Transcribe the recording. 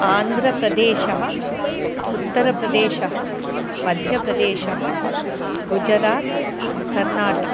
आन्ध्रप्रदेशः उत्तरप्रदेशः मध्यप्रदेशः गुजरातः कर्नाटकः